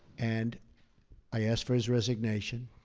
and i asked for his resignation.